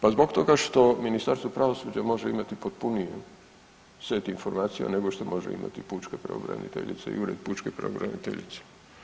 Pa zbog toga što Ministarstvo pravosuđe može imati potpuniji set informacija nego što može imati pučka pravobraniteljica i Ured pučke pravobraniteljice.